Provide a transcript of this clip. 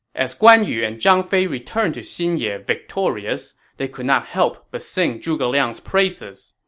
as guan yu and zhang fei returned to xinye victorious, they could not help but sing zhuge liang's praises.